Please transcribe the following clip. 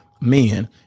Men